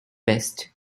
best